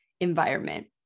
environment